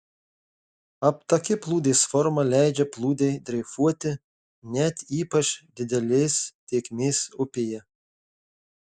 aptaki plūdės forma leidžia plūdei dreifuoti net ypač didelės tėkmės upėje